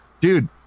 Dude